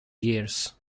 years